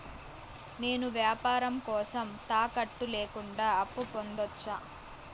నేను వ్యాపారం కోసం తాకట్టు లేకుండా అప్పు పొందొచ్చా?